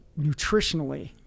nutritionally